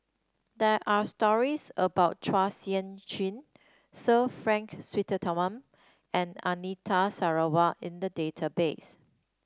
there are stories about Chua Sian Chin Sir Frank Swettenham and Anita Sarawak in the database